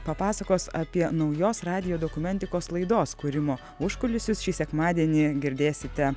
papasakos apie naujos radijo dokumentikos laidos kūrimo užkulisius šį sekmadienį girdėsite